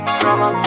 drama